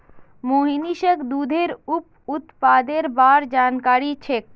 मोहनीशक दूधेर उप उत्पादेर बार जानकारी छेक